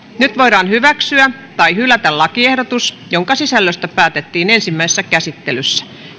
nyt voidaan hyväksyä tai hylätä lakiehdotus jonka sisällöstä päätettiin ensimmäisessä käsittelyssä